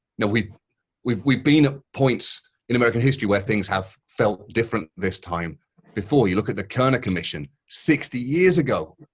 yeah we've we've been at points in american history where things have felt different this time before. you look at the kerner commission sixty years ago,